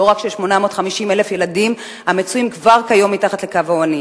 לא רק של 850,000 ילדים המצויים כבר כיום מתחת לקו העוני.